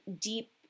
deep